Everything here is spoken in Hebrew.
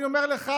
אני אומר לך,